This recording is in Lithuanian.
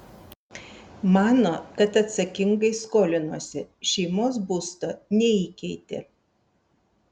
mano kad atsakingai skolinosi šeimos būsto neįkeitė